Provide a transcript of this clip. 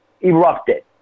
erupted